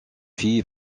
fille